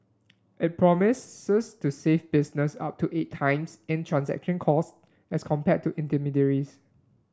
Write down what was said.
it promises to save businesses up to eight times in transaction costs as compared to intermediaries